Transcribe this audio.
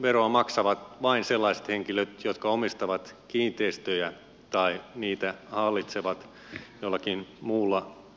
kiinteistöveroa maksavat vain sellaiset henkilöt jotka omistavat kiinteistöjä tai niitä hallitsevat jollakin muulla tavalla